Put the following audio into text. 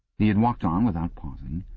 he had walked um without pausing.